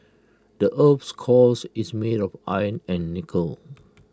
the Earth's cores is made of iron and nickel